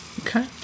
Okay